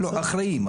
אחראים.